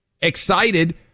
excited